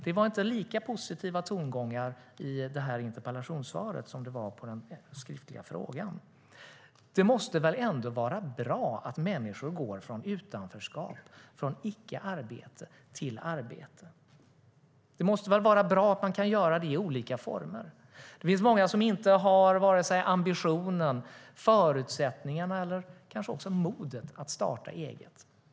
Det var inte lika positiva tongångar i interpellationssvaret som i svaret på den skriftliga frågan. Det måste väl ändå vara bra att människor går från utanförskap, från icke arbete, till arbete? Det måste väl vara bra att man kan göra det i olika former? Det finns många som inte har vare sig ambitionen eller förutsättningarna, kanske inte heller modet, att starta eget.